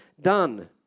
done